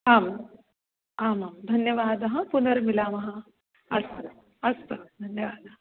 आम् आमां धन्यवादः पुनर्मिलामः अस्तु अस्तु धन्यवादः